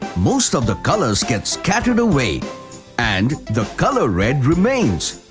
most of the colors get scattered away and the color red remains.